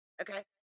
okay